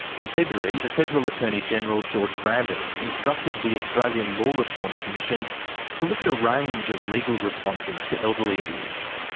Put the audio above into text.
in february, the federal attorney-general george brandis instructed the australian law reform commission to look at a range of legal responses responses to elderly abuse.